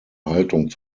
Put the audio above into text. haltung